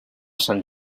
sant